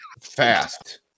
Fast